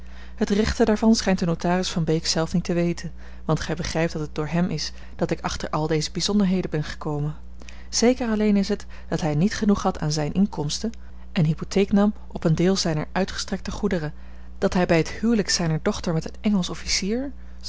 het rechte daarvan schijnt de notaris van beek zelf niet te weten want gij begrijpt dat het door hem is dat ik achter al deze bijzonderheden ben gekomen zeker alleen is het dat hij niet genoeg had aan zijne inkomsten en hypotheek nam op een deel zijner uitgestrekte goederen dat hij bij het huwelijk zijner dochter met een engelsch officier